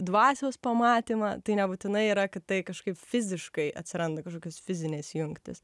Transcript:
dvasios pamatymą tai nebūtinai yra kad tai kažkaip fiziškai atsiranda kažkokios fizinės jungtys